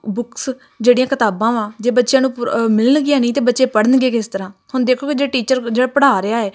books ਜਿਹੜੀਆਂ ਕਿਤਾਬਾਂ ਵਾ ਜੇ ਬੱਚਿਆਂ ਨੂੰ ਪੁਰ ਮਿਲਣਗੀਆਂ ਨਹੀਂ ਤਾਂ ਬੱਚੇ ਪੜ੍ਹਨਗੇ ਕਿਸ ਤਰ੍ਹਾਂ ਹੁਣ ਦੇਖੋਗੇ ਜੇ ਟੀਚਰ ਜਿਹੜਾ ਪੜ੍ਹਾ ਰਿਹਾ ਹੈ